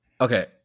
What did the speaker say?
okay